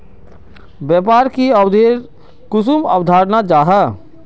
व्यापार की अवधारण कुंसम अवधारण जाहा?